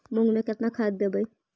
मुंग में केतना खाद देवे?